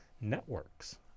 networks